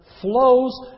flows